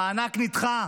המענק נדחה.